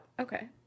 okay